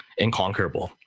inconquerable